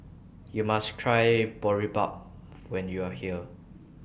YOU must Try Boribap when YOU Are here